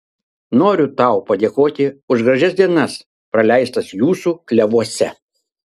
noriu tau padėkoti už gražias dienas praleistas jūsų klevuose